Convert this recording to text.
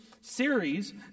series